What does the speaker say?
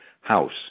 house